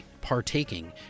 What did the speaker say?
partaking